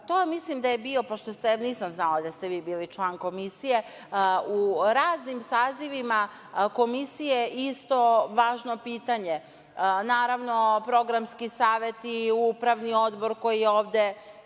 to mislim da je bio, pošto nisam znala da ste vi bili član komisije, u raznim sazivima komisije isto važno pitanje, naravno, programski saveti, upravni odbor koji je ovde